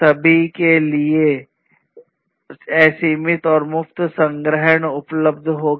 सभी के लिए असीमित और मुफ्त संग्रहण उपलब्ध होगा